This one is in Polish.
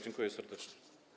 Dziękuję serdecznie.